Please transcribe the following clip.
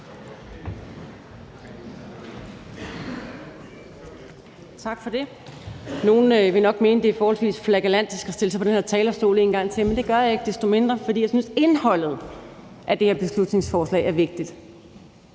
Tak for det. Nogle vil nok mene, at det er forholdsvis flagellantisk at stille sig på den her talerstol en gang til, men det gør jeg ikke desto mindre, fordi jeg synes, at indholdet af det her beslutningsforslag er vigtigt